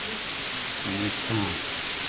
नीचाँ